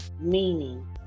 meaning